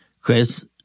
Chris